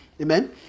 amen